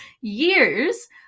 Years